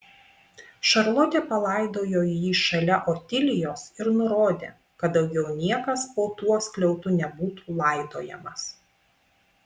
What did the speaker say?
šarlotė palaidojo jį šalia otilijos ir nurodė kad daugiau niekas po tuo skliautu nebūtų laidojamas